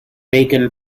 bacon